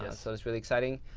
so, it's really exciting.